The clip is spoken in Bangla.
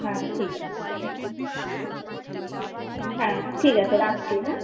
হ্যাঁ ঠিক আছে একদম হ্যাঁ ঠিক আছে রাখছি হ্যাঁ